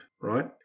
right